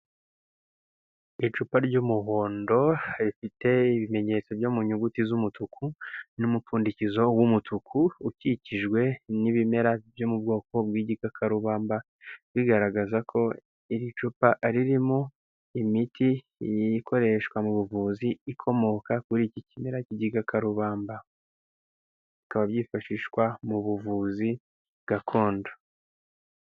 Icupa ry'umuhondo rifite ibimenyetso byo mu nyuguti z'umutuku n'umupfundikizo w'umutuku ukikijwe n'ibimera byo mu bwoko bw'igikakarubamba bigaragaza ko iri cupa ari ririmo imiti ikoreshwa mu buvuzi ikomoka kuri iki kimera k'igikakarubamba bikaba byifashishwa mu buvuzi gakondo.